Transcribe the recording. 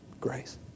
Grace